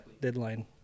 deadline